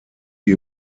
sie